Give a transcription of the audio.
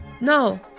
no